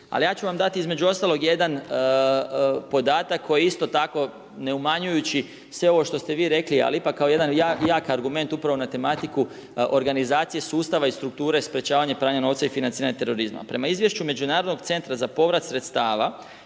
Ali ja ću vam dati između ostalog jedan podatak koji isto tako ne umanjujući sve ovo što ste vi rekli, ali ipak kao jedan jak argument upravo na tematiku organizacije sustava i strukture sprečavanja pranja novca i financiranja terorizma. Prema izvješću međunarodnog centra za povrat sredstava